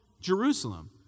Jerusalem